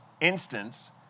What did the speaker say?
instance